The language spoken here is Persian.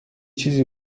چیزی